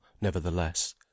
nevertheless